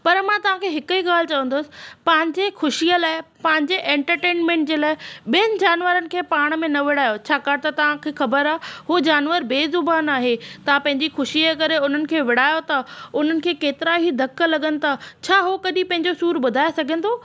पर मां तव्हांखे हिकु ई ॻाल्हि चवंदसि पंहिंजे ख़ुशीअ लाइ पंहिंजे ऐंटरटेनमेंट जे लाइ ॿियनि जानवरनि खे पाण में न विड़ायो छाकाणि त तव्हांखे ख़बरु आहे उहो जानवर बेज़ुबान आहे तां पंहिंजी ख़ुशीअ करे उन्हनि खे विड़ायो था उन्हनि खे केतिरा ई धक लॻनि था छा उहो कॾहिं पंहिंजो सूर ॿुधाए सघंदो